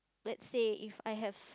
let's say if I have